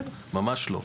ממש לא,